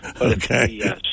Okay